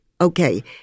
Okay